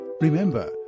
Remember